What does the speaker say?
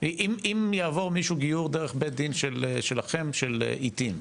אם יעבור מישהו גיור דרך בית דין שלכם, של "עתים",